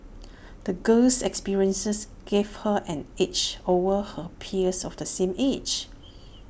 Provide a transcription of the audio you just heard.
the girl's experiences gave her an edge over her peers of the same age